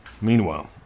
Meanwhile